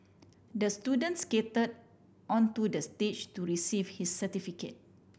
the student skate onto the stage to receive his certificate